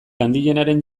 handienaren